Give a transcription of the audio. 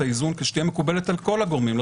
האיזון שתהיה מקובלת על כל הגורמים,